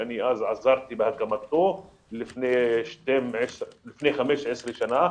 שאני אז עזרתי בהקמתו לפני 15 שנה,